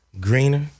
greener